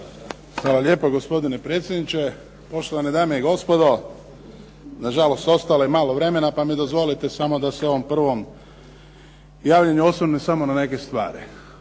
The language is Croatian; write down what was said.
Hvala lijepo gospodine predsjedniče. Poštovane dame i gospodo. Nažalost ostalo je malo vremena, pa mi dozvolite da se ovom prvom javim i osvrnem na neke stvari.